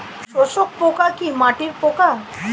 শোষক পোকা কি মাটির পোকা?